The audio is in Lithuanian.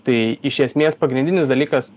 tai iš esmės pagrindinis dalykas